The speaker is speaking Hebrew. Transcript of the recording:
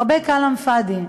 הרבה כלאם פאד'י.